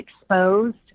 exposed